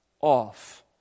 off